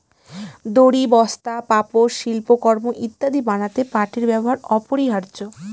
দড়ি, বস্তা, পাপোষ, শিল্পকর্ম ইত্যাদি বানাতে পাটের ব্যবহার অপরিহার্য